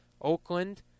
Oakland